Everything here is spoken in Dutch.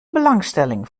belangstelling